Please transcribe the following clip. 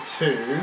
two